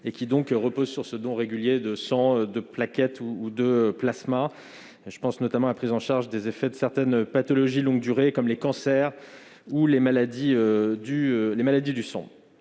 et, dès lors, reposent sur le don régulier de sang, de plaquettes ou de plasma. Je pense notamment à la prise en charge des effets de certaines pathologies de longue durée, comme les cancers ou les maladies du sang.